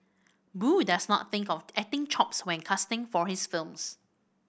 boo does not think of acting chops when casting for his films